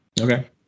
Okay